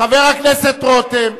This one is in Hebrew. ישראל ביתנו היתה שותפה, חבר הכנסת רותם,